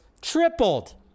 tripled